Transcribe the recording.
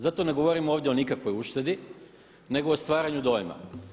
Zato ne govorimo ovdje o nikakvoj uštedi nego o stvaranju dojma.